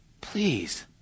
please